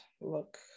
look